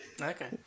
Okay